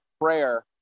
prayer